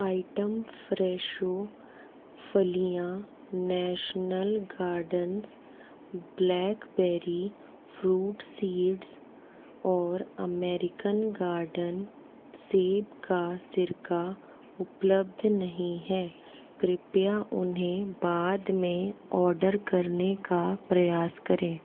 item Fresho फलियाँ national gardens blackberry fruit seeds और American garden सेब का सिरका उपलब्ध नहीं है कृपया उन्हें बाद में ऑर्डर करने का प्रयास करें